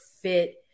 fit